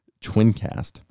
Twincast